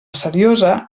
seriosa